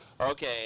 okay